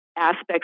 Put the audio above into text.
aspects